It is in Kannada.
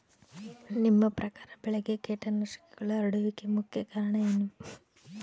ನಿಮ್ಮ ಪ್ರಕಾರ ಬೆಳೆಗೆ ಕೇಟನಾಶಕಗಳು ಹರಡುವಿಕೆಗೆ ಮುಖ್ಯ ಕಾರಣ ಏನು?